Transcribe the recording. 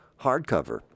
hardcover